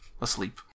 asleep